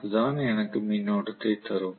F தான் எனக்கு மின்னோட்டத்தைத் தரும்